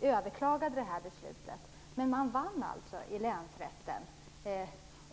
överklagade beslutet. Man vann i länsrätten.